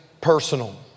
personal